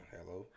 Hello